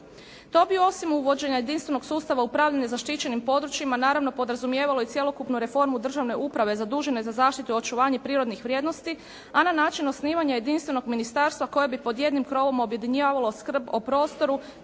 To bi osim uvođenja jedinstvenog sustava upravljanja zaštićenim područjima naravno podrazumijevalo i cjelokupnu reformu državne uprave zadužene za zaštitu očuvanje prirodnih vrijednosti, a na način osnivanja jedinstvenog ministarstva koje bi pod jednim krovom objedinjavalo skrb o prostoru,